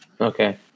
okay